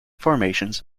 formations